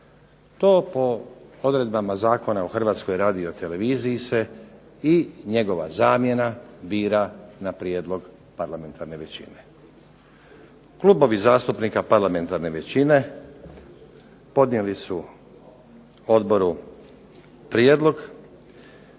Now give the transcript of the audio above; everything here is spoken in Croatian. to po odredbama Zakona o HRT-u se i njegova zamjena bira na prijedlog parlamentarne većine. Klubovi zastupnika parlamentarne većine podnijeli su odboru prijedlog